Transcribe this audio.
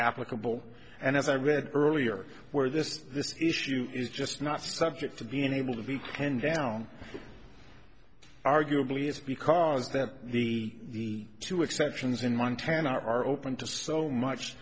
applicable and as i read earlier where this this issue is just not subject to being able to be pinned down arguably it's because that the two exceptions in one turn are open to so much